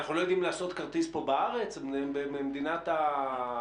אנחנו לא יודעים לעשות כרטיס פה בארץ במדינת ההייטק?